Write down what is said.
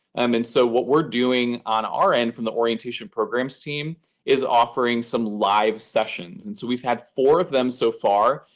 um and so what we're doing on our end from the orientation programs team is offering some live session. and so we've had four of them so far.